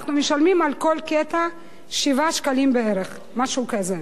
אנחנו משלמים על כל קטע 7 שקלים בערך, משהו כזה.